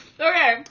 Okay